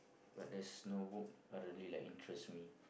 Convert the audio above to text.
but there's no book that really like interest me